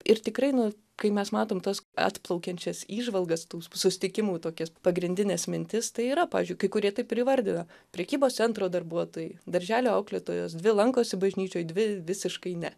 ir tikrai nu kai mes matom tas atplaukiančias įžvalgas tų susitikimų tokias pagrindines mintis tai yra pavyzdžiui kai kurie taip ir įvardina prekybos centro darbuotojai darželio auklėtojos dvi lankosi bažnyčioj dvi visiškai ne